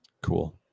Cool